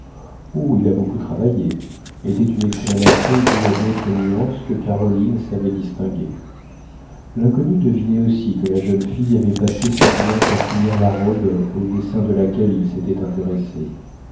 oh il a beaucoup travaillé était une exclamation due à d'autres nuances que caroline savait distinguer l'inconnu devinait aussi que la jeune fille avait passé son dimanche à finir la robe au dessin de laquelle il s'était intéressé